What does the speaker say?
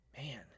Man